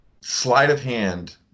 sleight-of-hand